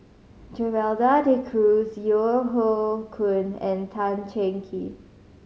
Gerald De Cruz Yeo Hoe Koon and Tan Cheng Kee